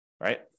right